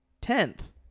Tenth